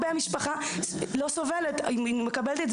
המשפחה לא סובלת הרבה כי היא מקבלת זאת